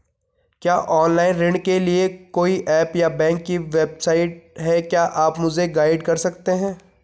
क्या ऑनलाइन ऋण के लिए कोई ऐप या बैंक की वेबसाइट है क्या आप मुझे गाइड कर सकते हैं?